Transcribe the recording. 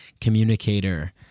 communicator